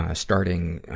ah, starting, ah,